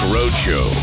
Roadshow